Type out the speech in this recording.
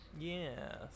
Yes